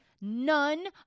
None